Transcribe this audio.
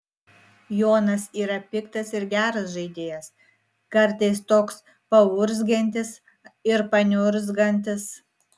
jonas yra piktas ir geras žaidėjas kartais toks paurzgiantis ir paniurzgantis